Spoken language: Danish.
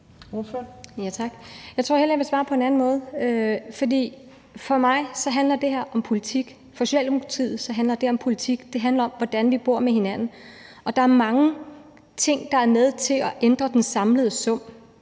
jeg hellere vil svare på en anden måde. For det handler for mig om politik, og for Socialdemokratiet handler det om politik; det handler om, hvordan vi bor med hinanden. Og der er mange ting, der er med til at ændre den samlede sum.